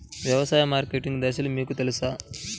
వ్యవసాయ మార్కెటింగ్ దశలు మీకు తెలుసా?